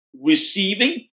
receiving